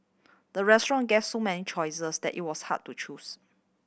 the restaurant gave so many choices that it was hard to choose